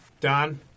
Don